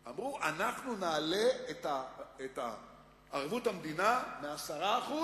אמרו: אנחנו נעלה את ערבות המדינה מ-10%